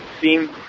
seem